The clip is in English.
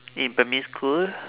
in primary school